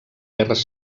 guerres